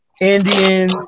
Indian